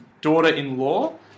daughter-in-law